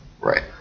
Right